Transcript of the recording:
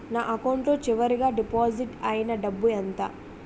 నా అకౌంట్ లో చివరిగా డిపాజిట్ ఐనా డబ్బు ఎంత?